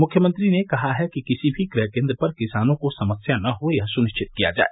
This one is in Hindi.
मुख्यमंत्री ने कहा है कि किसी भी क्रय केन्द्र पर किसानों को समस्या न हो यह सुनिश्चित किया जाय